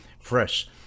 fresh